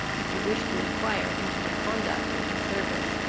if you wish to inquire into my conduct in his service.